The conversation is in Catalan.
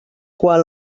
quan